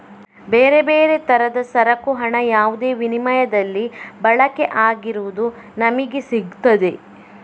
ಬೇರೆ ಬೇರೆ ತರದ ಸರಕು ಹಣ ಯಾವುದೇ ವಿನಿಮಯದಲ್ಲಿ ಬಳಕೆ ಆಗಿರುವುದು ನಮಿಗೆ ಸಿಗ್ತದೆ